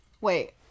Wait